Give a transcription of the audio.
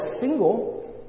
single